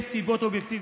יש סיבות אובייקטיביות.